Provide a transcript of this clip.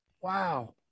Wow